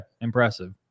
impressive